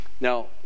Now